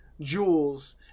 jewels